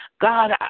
god